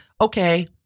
okay